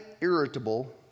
irritable